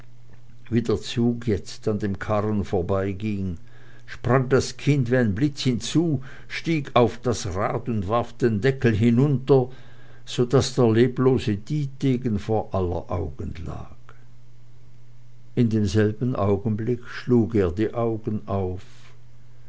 der zug jetzt an dem karren vorbeiging sprang das kind wie ein blitz hinzu stieg auf das rad und warf den deckel hinunter so daß der leblose dietegen vor aller augen lag in demselben augenblicke schlug er die augen auf